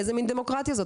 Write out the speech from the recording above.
איזה מין דמוקרטיה זאת?